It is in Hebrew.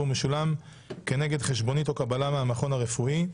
והוא משולם כנגד חשבונית או קבלה מהמכון הרפואי.